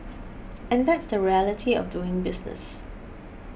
and that's the reality of doing business